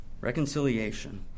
Reconciliation